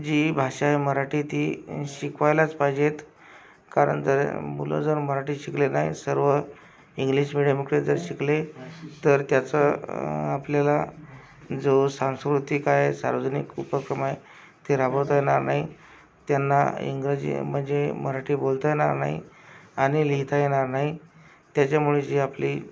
जी भाषा मराठी ती शिकवायलाच पायजेत कारन जर मुलं जर मराठी शिकले नाई सर्व इंग्लिश मिडियम मुखे जर शिकले तर त्याचं आपल्याला जो सांस्कृतिक आय सार्वजनिक उपक्रम आय ते राबवता येनार नाई त्यांना इंग्रजी मनजे मराठी बोलता येनार नाई आनि लिहिता येनार नाई त्याच्यामुळे जी आपली